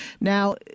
Now